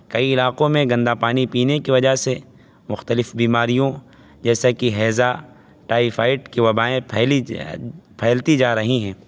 کئی علاقوں میں گندہ پانی پینے کی وجہ سے مختلف بیماریوں جیسے کہ ہیضہ ٹائیفائڈ کی وبائیں پھیلی جا پھیلتی جا رہی ہیں